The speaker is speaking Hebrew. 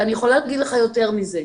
אני יכולה לומר לך יותר מזה.